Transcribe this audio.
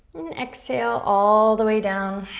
and exhale all the way down.